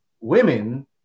women